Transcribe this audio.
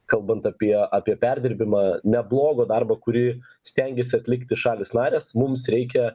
kalbant apie apie perdirbimą neblogo darbo kurį stengiasi atlikti šalys narės mums reikia